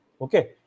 Okay